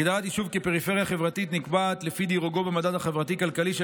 הגדרת יישוב כפריפריה חברתית נקבעת לפי דירוגו במדד החברתי-כלכלי של